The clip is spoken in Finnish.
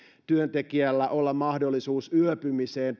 työntekijällä olla mahdollisuus yöpymiseen